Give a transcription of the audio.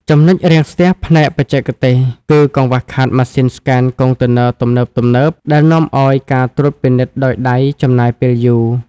ចំណុចរាំងស្ទះផ្នែកបច្ចេកទេស គឺកង្វះខាតម៉ាស៊ីនស្កេនកុងតឺន័រទំនើបៗ ដែលនាំឱ្យការត្រួតពិនិត្យដោយដៃចំណាយពេលយូរ។